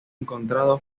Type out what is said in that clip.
encontrado